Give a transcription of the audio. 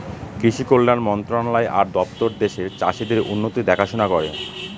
কৃষি কল্যাণ মন্ত্রণালয় আর দপ্তর দেশের চাষীদের উন্নতির দেখাশোনা করে